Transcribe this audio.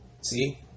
See